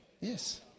Yes